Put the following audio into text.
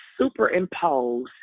superimpose